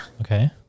Okay